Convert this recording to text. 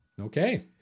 Okay